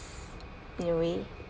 in a way